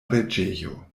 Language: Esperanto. reĝejo